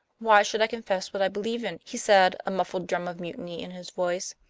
why should i confess what i believe in? he said, a muffled drum of mutiny in his voice.